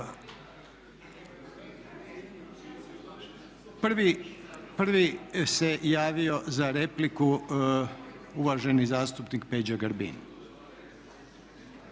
Prvi se javio za repliku uvaženi zastupnik Peđa Grbin.